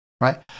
right